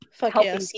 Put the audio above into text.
helping